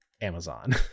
Amazon